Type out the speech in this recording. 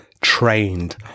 trained